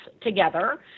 together